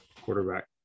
quarterback